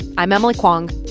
i'm emily kwong.